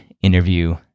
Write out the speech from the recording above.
interview